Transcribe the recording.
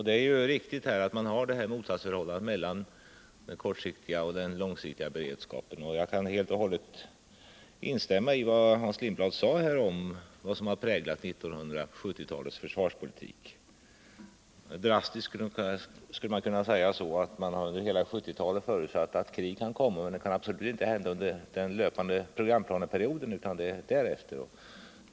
Det är riktigt att man har detta motsatsförhållande mellan den kortsiktiga och den långsiktiga beredskapen, och jag kan helt och hållet instämma i det Hans Lindblad sade om vad som har präglat 1970-talets försvarspolitik. Drastiskt skulle jag kunna säga att man under hela 1970-talet har förutsatt att krig kan komma, men det kan absolut inte komma under den löpande programplaneperioden utan först därefter.